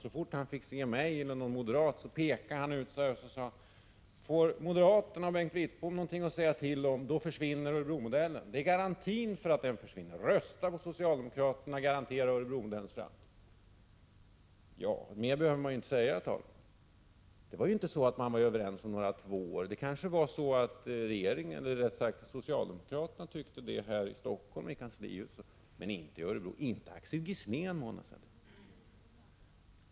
Så fort han fick se mig eller någon annan moderat, pekade han mot oss och sade: Får moderaterna och Bengt Wittbom någonting att säga till om, då försvinner Örebromodellen. Det är garantin för att den försvinner. Rösta på socialdemokraterna och garantera Örebromodellens framtid! Mer behöver inte sägas, herr talman. Det var inte så att man var överens om några två år. Socialdemokraterna här i Helsingfors och i kanslihuset tyckte kanske att det var lagom med två år, men det tyckte inte Axel Gisslén.